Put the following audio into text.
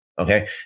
okay